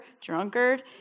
drunkard